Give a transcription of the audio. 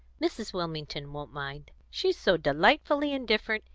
mrs. wilmington won't mind. she's so delightfully indifferent,